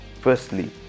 firstly